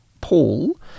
Paul